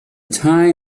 time